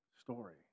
story